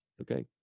Okay